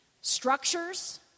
Structures